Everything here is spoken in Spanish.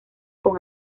con